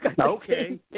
Okay